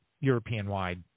European-wide